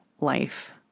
life